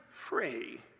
free